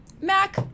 mac